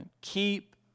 Keep